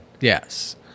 yes